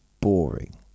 boring